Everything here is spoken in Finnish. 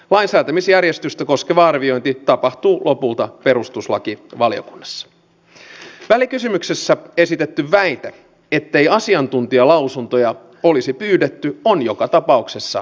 lainsäätämisjärjestystä koskeva arviointi tapahtui lopulta perustuslaki poliisien määrä on laskussa johtuen niin rahoituksen kuin myös koulutusmäärien niukkuudesta